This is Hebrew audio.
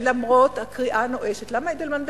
למרות הקריאה הנואשת, למה אידלמן בצום?